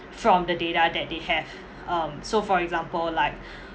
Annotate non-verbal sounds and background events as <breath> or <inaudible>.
from the data that they have um so for example like <breath>